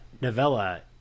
novella